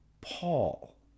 Paul